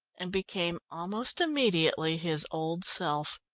and became almost immediately his old self.